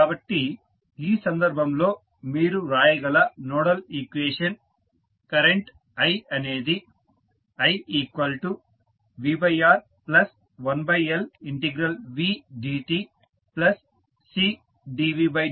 కాబట్టి ఈ సందర్భంలో మీరు వ్రాయగల నోడల్ ఈక్వేషన్ కరెంట్ i అనేది i VR1LVdt Cdvdt